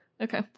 Okay